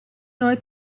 neu